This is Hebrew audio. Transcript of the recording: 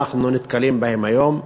אנחנו נתקלים בהן היום.